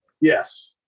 Yes